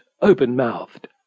open-mouthed